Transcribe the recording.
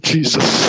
Jesus